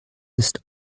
ist